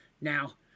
Now